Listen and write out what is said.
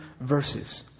verses